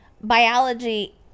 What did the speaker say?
biology